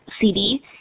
CD